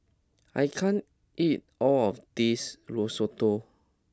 I can't eat all of this Risotto